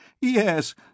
Yes